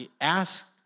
ask